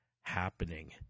happening